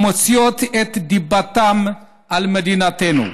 המוציאות את דיבתם על מדינתנו.